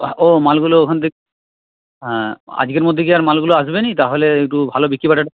ও মালগুলো ওখান থেকে হ্যাঁ আজকের মধ্যে কি আর মালগুলো আসবে না তাহলে একটু ভালো বিক্রিবাটাটা